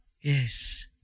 Yes